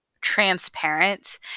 transparent